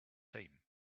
same